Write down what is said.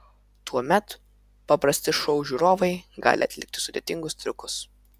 tuomet paprasti šou žiūrovai gali atlikti sudėtingus triukus